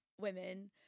women